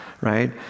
right